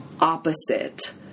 opposite